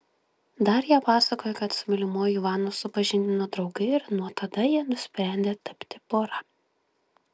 darija pasakoja kad su mylimuoju ivanu supažindino draugai ir nuo tada jie nusprendė tapti pora